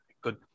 Good